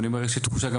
יש לי תחושה גם